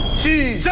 to